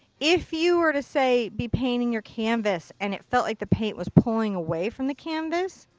if you were to say, be painting your canvas and it felt like the paint was pulling away from the canvas,